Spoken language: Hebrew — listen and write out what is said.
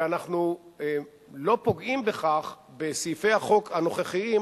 ואנחנו לא פוגעים בכך בסעיפי החוק הנוכחיים,